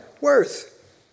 worth